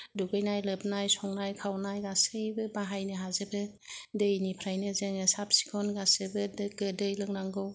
दुगैनाय लोबनाय संनाय खावनाय गासैबो बाहायनो हाजोबो दैनिफ्रायनो जोङो साब सिखन गासैबो गोग्गो दै लोंनांगौ